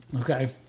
Okay